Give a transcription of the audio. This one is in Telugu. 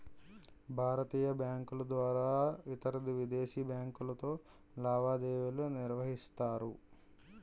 భారతీయ బ్యాంకుల ద్వారా ఇతరవిదేశీ బ్యాంకులతో లావాదేవీలు నిర్వహిస్తారు